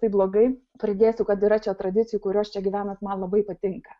taip blogai pridėsiu kad yra čia tradicijų kurios čia gyvenant man labai patinka